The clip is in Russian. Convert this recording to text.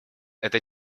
это